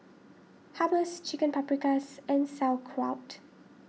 Hummus Chicken Paprikas and Sauerkraut